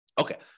Okay